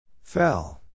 Fell